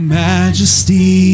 majesty